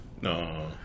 No